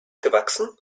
gewachsen